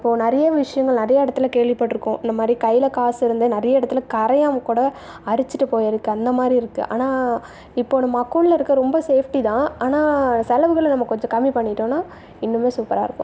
இப்போது நிறைய விஷயங்கள் நிறைய இடத்துல கேள்விப்பட்டிருக்கோம் இந்தமாதிரி கையில் காசு இருந்து நிறைய இடத்துல கரையான்கூட அரிச்சுட்டு போய்ருக்கு அந்தமாதிரி இருக்குது ஆனால் இப்போ நம்ம அக்கௌண்ட்டில் இருக்கிற ரொம்ப சேஃப்டி தான் ஆனால் செலவுகளை நம்ம கொஞ்சம் கம்மி பண்ணிட்டோம்னா இன்னுமே சூப்பராக இருப்போம்